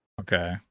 Okay